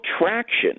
traction